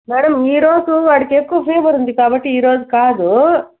madam ఈ రోజు వాడికి ఎక్కువ ఫీవర్ ఉంది కాబట్టి ఈ రోజు కాదు